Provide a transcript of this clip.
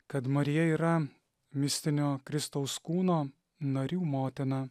kad marija yra mistinio kristaus kūno narių motina